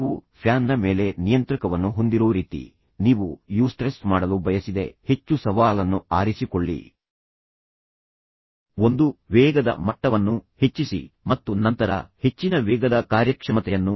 ನೀವು ಫ್ಯಾನ್ನ ಮೇಲೆ ನಿಯಂತ್ರಕವನ್ನು ಹೊಂದಿರೋ ರೀತಿ ನೀವು ಯೂಸ್ಟ್ರೆಸ್ ಮಾಡಲು ಬಯಸಿದರೆ ಹೆಚ್ಚು ಸವಾಲನ್ನು ಆರಿಸಿಕೊಳ್ಳಿ ಒಂದು ವೇಗದ ಮಟ್ಟವನ್ನು ಹೆಚ್ಚಿಸಿ ಮತ್ತು ನಂತರ ಹೆಚ್ಚಿನ ವೇಗದ ಕಾರ್ಯಕ್ಷಮತೆಯನ್ನು ಆನಂದಿಸಿ